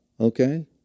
okay